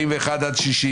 מתייחסת להסתייגויות 40-22,